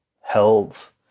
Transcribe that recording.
health